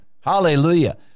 hallelujah